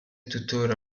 tuttora